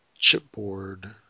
chipboard